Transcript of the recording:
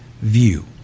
view